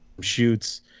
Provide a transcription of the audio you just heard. shoots